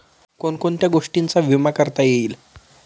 कोण कोणत्या गोष्टींचा विमा करता येईल?